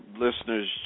listeners